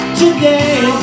today